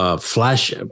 flash